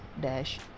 dash